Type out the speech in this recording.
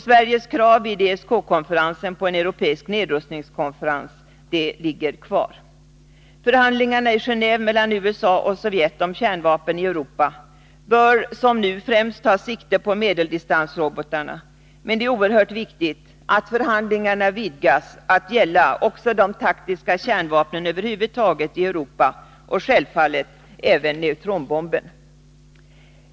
Sveriges krav vid ESK-konferensen på en europeisk nedrustningskonferens kvarstår. Förhandlingarna i Gen&ve mellan USA och Sovjet om kärnvapen i Europa bör, som nu är fallet, främst ta sikte på medeldistansrobotarna. Men det är även oerhört viktigt att förhandlingarna vidgas att gälla också de taktiska kärnvapnen över huvud taget i Europa samt självfallet även neutronbomben.